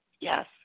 Yes